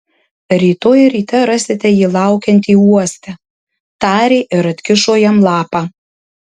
rytoj ryte rasite jį laukiantį uoste tarė ir atkišo jam lapą